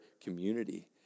community